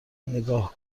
نگاه